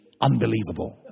unbelievable